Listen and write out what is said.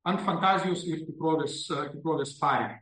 ant fantazijos ir tikrovės tikrovės paribio